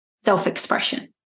self-expression